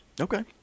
okay